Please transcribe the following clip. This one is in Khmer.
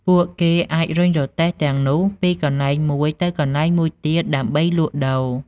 ពួកគេអាចរុញរទេះទាំងនោះពីកន្លែងមួយទៅកន្លែងមួយទៀតដើម្បីលក់ដូរ។